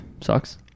Sucks